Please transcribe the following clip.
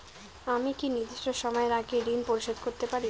আমি কি নির্দিষ্ট সময়ের আগেই ঋন পরিশোধ করতে পারি?